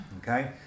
Okay